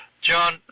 John